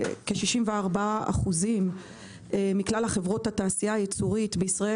שכ-64% מכלל חברות התעשייה הייצורית בישראל,